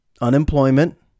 unemployment